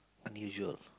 unusual